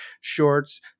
shorts